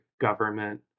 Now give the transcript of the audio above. government